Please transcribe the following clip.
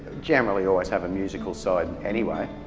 generally always have a musical side anyway,